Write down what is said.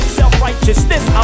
self-righteousness